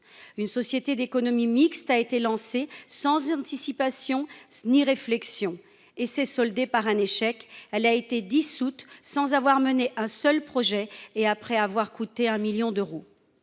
Une société d'économie mixte a été créée, sans anticipation ni réflexion, ce qui s'est soldé par un échec : elle a été dissoute sans avoir mené un seul projet et après avoir coûté 1 million d'euros.